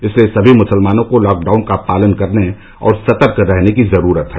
इसलिए सभी मुसलमानों को लॉकडाउन का पालन करने और सतर्क रहने की जरूरत है